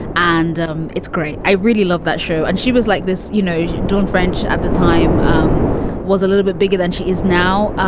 and um it's great. i really love that show. and she was like this, you know, dawn french at the time um was a little bit bigger than she is now. ah